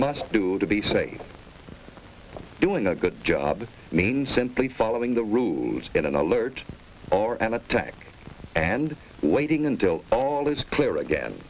must do to be safe doing a good job means simply following the rules in an alert or an attack and waiting until all is clear again